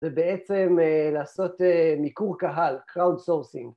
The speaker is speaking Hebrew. ובעצם לעשות מיקור קהל, crowd sourcing